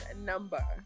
number